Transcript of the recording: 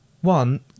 One